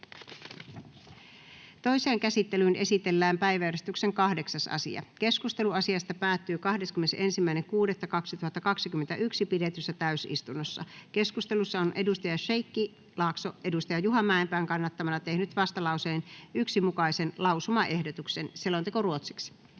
Toiseen käsittelyyn esitellään päiväjärjestyksen 8. asia. Keskustelu asiasta päättyi 21.6.2021 pidetyssä täysistunnossa. Keskustelussa on Sheikki Laakso Juha Mäenpään kannattamana tehnyt vastalauseen 1 mukaisen lausumaehdotuksen. [Speech 11]